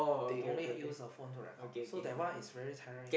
they only use the phone to record so that one is very tiring